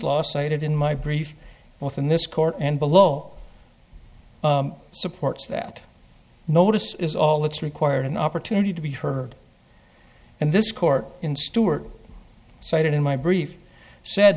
law cited in my brief both in this court and below supports that notice is all that's required an opportunity to be heard and this court in stewart cited in my brief